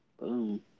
Boom